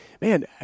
man